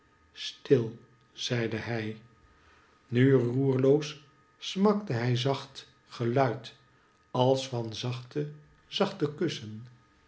stil zeidehij nu roerloos smakte hij zacht geluid als van zachte zachte kussen